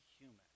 human